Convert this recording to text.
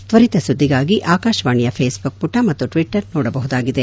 ತ್ವರಿತ ಸುದ್ದಿಗಾಗಿ ಆಕಾಶವಾಣಿಯ ಫೇಸ್ಬುಕ್ ಪುಟ ಮತ್ತು ಟ್ವೆಟ್ಟರ್ ನೋಡಬಹುದಾಗಿದೆ